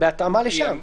בהתאמה לשם.